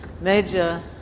major